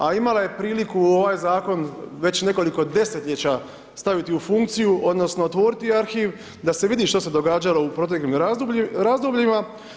A imala je priliku ovaj zakon, već nekoliko desetljeća staviti u funkciju odnosno, otvoriti arhiv, da se vidi što se događalo u proteklim razdobljima.